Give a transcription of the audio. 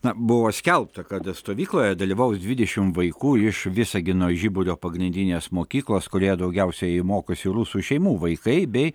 na buvo skelbta kad stovykloje dalyvaus dvidešimt vaikų iš visagino žiburio pagrindinės mokyklos kurioje daugiausiai mokosi rusų šeimų vaikai bei